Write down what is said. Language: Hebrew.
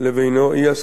וגם כאן לפנינו.